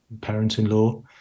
parents-in-law